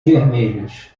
vermelhas